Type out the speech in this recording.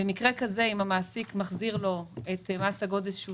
במקרה כזה אם המעסיק מחזיר לו את מס הגודש שהוא